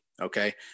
okay